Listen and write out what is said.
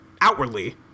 outwardly